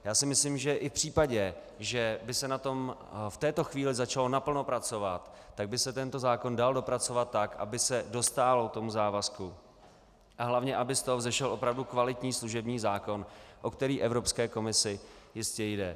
Já si myslím, že i v případě, že by se na tom v této chvíli začalo naplno pracovat, tak by se tento zákon dal dopracovat tak, aby se dostálo závazku a hlavně aby z toho vzešel opravdu kvalitní služební zákon, o který Evropské komisi jistě jde.